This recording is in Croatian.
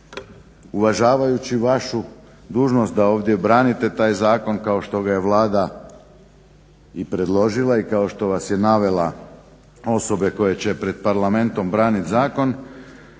uvažavajući vašu dužnost da ovdje branite taj zakon kao što ga je Vlada i predložila i kao što vas je navela osobe koje će pred Parlamentom branit zakon